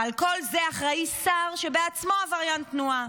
ועל כל זה אחראי שר שהוא בעצמו עבריין תנועה.